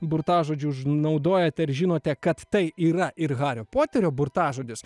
burtažodžių naudojate ar žinote kad tai yra ir hario poterio burtažodis